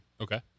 Okay